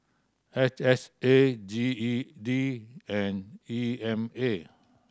H S A G E D and E M A